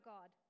God